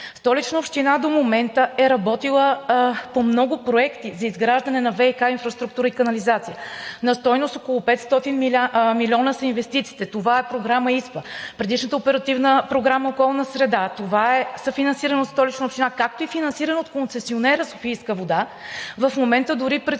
Столична община до момента е работила по много проекти за изграждане на ВиК инфраструктура и канализация – на стойност около 500 милиона са инвестициите. Това е Програма ИСПА, предишната Оперативна програма „Околна среда“. Това е съфинансирано от Столична община, както и финансирано от концесионера „Софийска вода“. В момента дори предстои